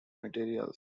materials